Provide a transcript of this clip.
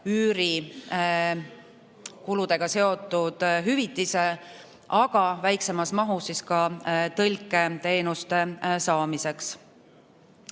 üürikuludega seotud hüvitise, aga väiksemas mahus ka tõlketeenuste saamiseks.